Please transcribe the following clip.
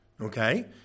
okay